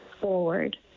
forward